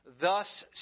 Thus